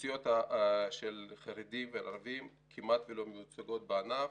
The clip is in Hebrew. אוכלוסיות של חרדים וערבים כמעט ולא מיוצגות בענף.